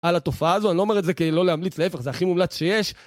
על התופעה הזו, אני לא אומר את זה כי לא להמליץ, להפך, זה הכי מומלץ שיש.